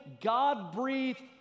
God-breathed